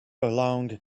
along